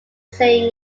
same